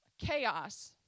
chaos